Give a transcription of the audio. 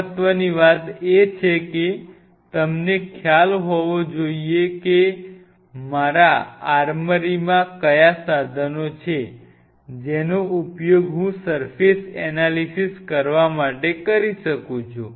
મહત્ત્વની વાત એ છે કે તમને ખ્યાલ હોવો જોઈએ કે મારા આર્મરીમાં કયા સાધનો છે જેનો ઉપયોગ હું સર્ફેસ એનાલિસિસ કરવા માટે કરી શકું છું